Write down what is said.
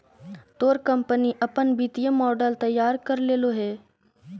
तोर कंपनी अपन वित्तीय मॉडल तैयार कर लेलो हे?